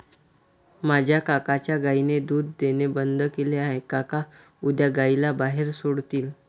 माझ्या काकांच्या गायीने दूध देणे बंद केले आहे, काका उद्या गायीला बाहेर सोडतील